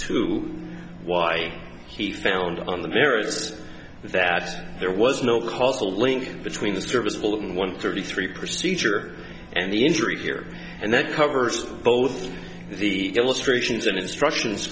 to why he found on the merits that there was no causal link between the service all in one thirty three procedure and the injury here and that covers both the illustrations and instructions